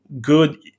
good